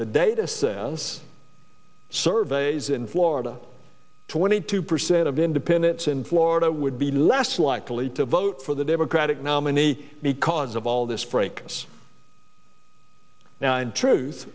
the data says surveys in florida twenty two percent of independents in florida would be less likely to vote for the democratic nominee because of all this break us now in truth